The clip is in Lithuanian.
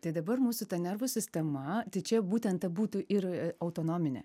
tai dabar mūsų nervų sistema tai čia būtent ta būtų ir autonominė